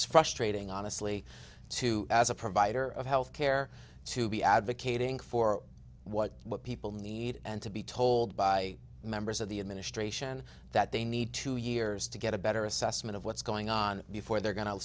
was frustrating honestly too as a provider of health care to be advocating for what people need and to be told by members of the administration that they need two years to get a better assessment of what's going on before they're going to